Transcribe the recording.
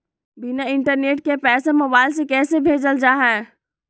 बिना इंटरनेट के पैसा मोबाइल से कैसे भेजल जा है?